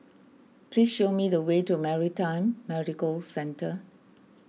please show me the way to Maritime Medical Centre